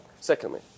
Secondly